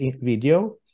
video